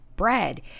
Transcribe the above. bread